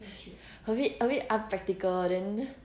a bit a bit unpractical